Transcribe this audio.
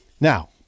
now